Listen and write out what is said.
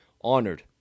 honored